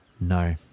no